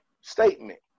statement